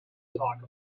talk